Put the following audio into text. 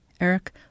Eric